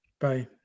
bye